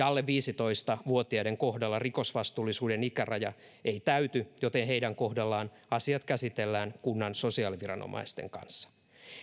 alle viisitoista vuotiaiden kohdalla rikosvastuullisuuden ikäraja ei täyty joten heidän kohdallaan asiat käsitellään kunnan sosiaaliviranomaisten kanssa